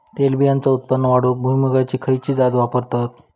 तेलबियांचा उत्पन्न वाढवूक भुईमूगाची खयची जात वापरतत?